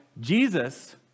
Jesus